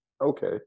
Okay